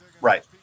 right